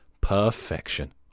Perfection